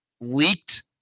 leaked